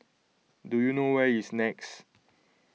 do you know where is Nex